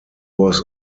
was